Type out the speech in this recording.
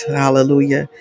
hallelujah